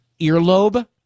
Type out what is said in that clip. earlobe